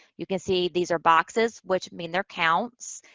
you can see these are boxes, which mean they're counts.